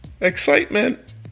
Excitement